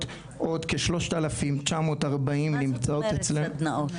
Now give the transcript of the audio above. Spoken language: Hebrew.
עוד כ-3,940 --- מה זאת אומרת סדנאות?